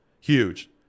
huge